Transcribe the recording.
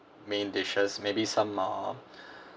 main dishes maybe some uh